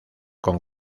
con